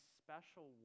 special